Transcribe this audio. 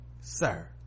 sir